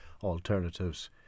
alternatives